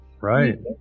Right